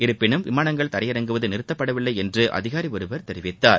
இருப்பினும் விமானங்கள் தரையிறங்குவது நிறுத்தப்படவில்லை என்று அதிகாரி ஒருவர் தெரிவித்தார்